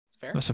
Fair